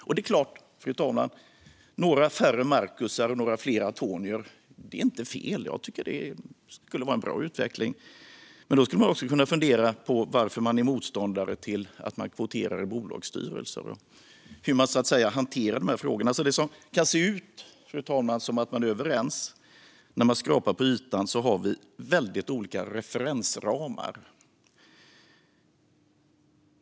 Och det är klart, fru talman, att det inte är fel med några färre Marcusar och några fler Antonior. Jag tycker att det skulle vara en bra utveckling. Men då kan man också fundera på varför Moderaterna är motståndare till att man kvoterar i bolagsstyrelser och hur man hanterar de här frågorna. Det kan se ut, fru talman, som att vi är överens, men när man skrapar på ytan ser man att vi har väldigt olika referensramar. Fru talman!